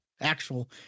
actual